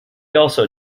also